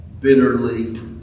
bitterly